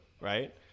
right